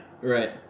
Right